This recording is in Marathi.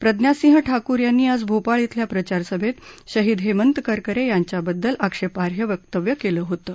प्रज्ञासिंह ठाकूर यांनी आज भोपाळ इथल्या प्रचारसभेत शहीद हेमंत करकरे यांच्याबद्दल आक्षेपार्ह वक्तव्य केलं होतं